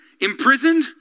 imprisoned